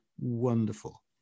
wonderful